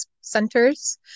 centers